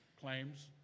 claims